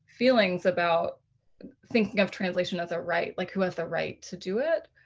feelings about thinking of translation as a right. like who has the right to do it?